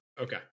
Okay